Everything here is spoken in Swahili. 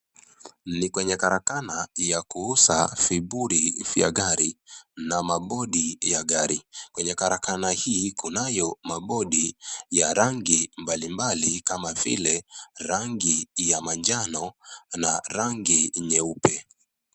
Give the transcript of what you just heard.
Ni kwenye karakana ya kuuza vipuri vya gari na mabodi ya gari. Kwenye karakana hii kunayo mabodi ya rangi mbalimbali kama vile rangi ya manjano na rangi nyeupe.